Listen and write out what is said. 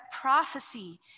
prophecy